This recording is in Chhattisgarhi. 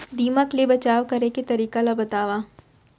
दीमक ले बचाव करे के तरीका ला बतावव?